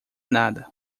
nada